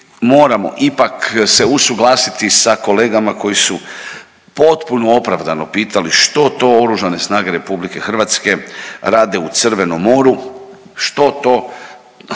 Moramo ipak se usuglasiti sa kolegama koji su potpuno opravdano pitali što to Oružane snage RH rade u Crvenom moru, što to